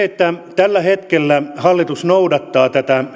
tällä hetkellä hallitus noudattaa tätä